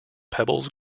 pebbles